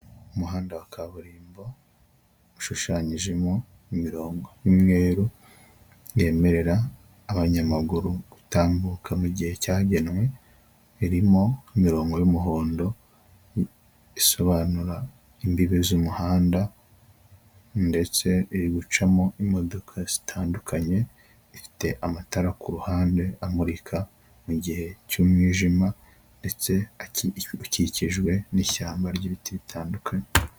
Umuhanda wa kaburimbo ushushanyijemo imirongo y'umweru yemerera abanyamaguru gutambuka mu gihe cyagenwe, irimo imirongo y'umuhondo isobanura imbibi z'umuhanda ndetse iri gucamo imodoka zitandukanye, ifite amatara ku ruhande amurika mu gihe cy'umwijima ndetse ukikijwe n'ishyamba ry'ibiti bitandukanye.